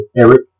Eric